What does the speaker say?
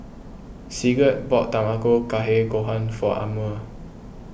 Sigurd bought Tamago Kake Gohan for Amir